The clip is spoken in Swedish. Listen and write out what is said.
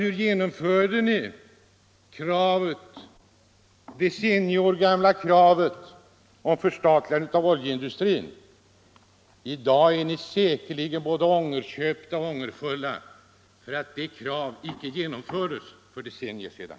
Hur genomförde ni socialdemokrater det decenniumgamla kravet på förstatligande av oljeindustrin? I dag är ni säkerligen både ångerköpta och ångerfulla för att det kravet icke genomfördes redan för decennier sedan.